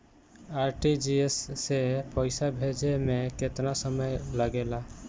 RTGS से पैसा भेजे में केतना समय लगे ला?